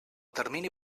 termini